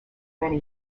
many